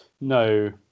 No